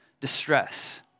distress